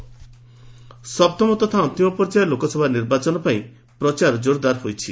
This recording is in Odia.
କ୍ୟାମ୍ପେନିଂ ସପ୍ତମ ତଥା ଅନ୍ତିମ ପର୍ଯ୍ୟାୟ ଲୋକସଭା ନିର୍ବାଚନ ପାଇଁ ପ୍ରଚାର ଜୋର୍ଦାର୍ ହୋଇଛି